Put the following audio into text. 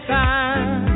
time